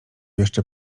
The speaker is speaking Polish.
jeszcze